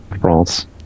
France